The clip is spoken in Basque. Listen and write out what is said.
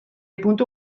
puntu